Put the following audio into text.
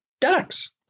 ducks